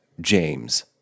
James